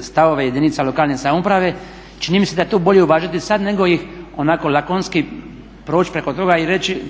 stavove jedinice lokalne samouprave. Čini mi se da je to bolje uvažiti sada nego ih onako lakonski proći preko toga i reći